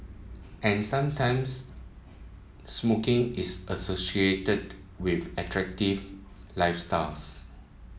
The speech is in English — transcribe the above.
and sometimes smoking is associated with attractive lifestyles